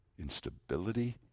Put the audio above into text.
instability